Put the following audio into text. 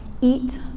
eat